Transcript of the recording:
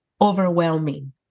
overwhelming